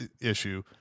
issue